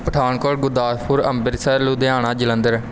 Pathankot Gurdaspur Amritsar Ludhiana Jalandhar